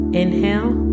inhale